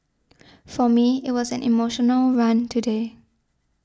for me it was an emotional run today